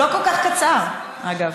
לא כל כך קצר, אגב.